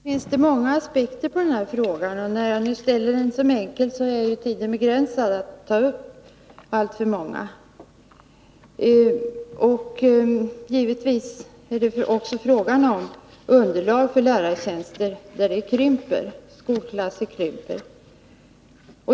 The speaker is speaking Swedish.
Fru talman! Visst finns det många aspekter på frågan. Eftersom jag har framställt den i form av en enkel fråga är tiden begränsad, och jag kan inte ta upp alla aspekterna. Givetvis är det ett viktigt förhållande att underlaget för lärartjänster minskar, eftersom skolklasser krymper.